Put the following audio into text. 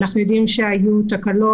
אנחנו יודעים שהיו תקלות,